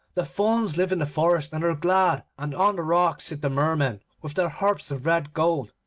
the fauns live in the forest and are glad, and on the rocks sit the mermen with their harps of red gold.